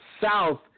South